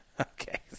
Okay